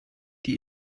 die